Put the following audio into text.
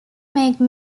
make